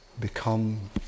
become